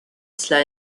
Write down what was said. cela